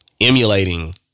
emulating